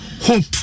hope